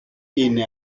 είναι